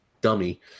dummy